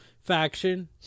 Faction